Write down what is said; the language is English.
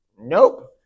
Nope